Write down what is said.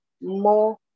more